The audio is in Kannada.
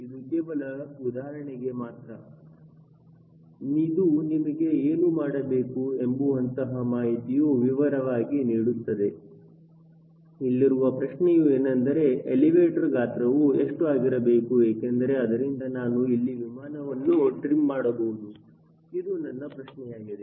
ಇದು ಕೇವಲ ಉದಾಹರಣೆಗೆ ಮಾತ್ರ ಇದು ನಿಮಗೆ ಏನು ಮಾಡಬೇಕು ಎಂಬುವಂತಹ ಮಾಹಿತಿಯೂ ವಿವರವಾಗಿ ನೀಡುತ್ತದೆ ಇಲ್ಲಿರುವ ಪ್ರಶ್ನೆಯೂ ಏನೆಂದರೆ ಎಲಿವೇಟರ್ ಗಾತ್ರವು ಎಷ್ಟು ಆಗಿರಬೇಕು ಏಕೆಂದರೆ ಅದರಿಂದ ನಾನು ಇಲ್ಲಿ ವಿಮಾನವನ್ನು ಟ್ರಿಮ್ ಮಾಡಬಹುದು ಇದು ನನ್ನ ಪ್ರಶ್ನೆಯಾಗಿದೆ